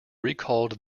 recalled